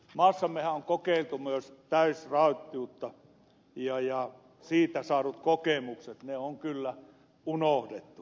maassammehan on kokeiltu myös täysraittiutta mutta siitä saadut kokemukset on kyllä unohdettu